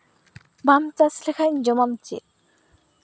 ᱵᱟᱢ ᱪᱟᱥ ᱞᱮᱠᱷᱟᱱ ᱡᱚᱢᱟᱢ ᱪᱮᱫ